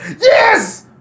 Yes